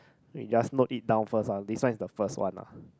we just note it down first lah this one is the first one ah